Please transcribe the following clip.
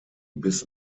bis